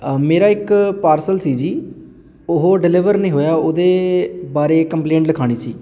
ਅ ਮੇਰਾ ਇੱਕ ਪਾਰਸਲ ਸੀ ਜੀ ਉਹ ਡਿਲੀਵਰ ਨਹੀਂ ਹੋਇਆ ਉਹਦੇ ਬਾਰੇ ਕੰਪਲੇਂਟ ਲਿਖਾਉਣੀ ਸੀ